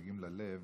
נוגעים ללב,